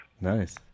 Nice